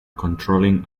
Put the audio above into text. controlling